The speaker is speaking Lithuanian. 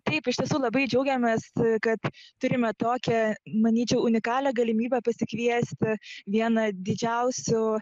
taip iš tiesų labai džiaugiamės kad turime tokią manyčiau unikalią galimybę pasikviesti vieną didžiausių